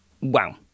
Wow